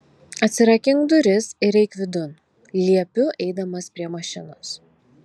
atsirakink duris ir eik vidun liepiu eidamas prie mašinos